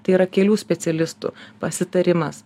tai yra kelių specialistų pasitarimas